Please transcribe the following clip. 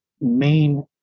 main